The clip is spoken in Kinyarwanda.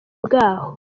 bwaho